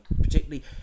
particularly